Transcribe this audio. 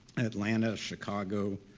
and atlanta, chicago,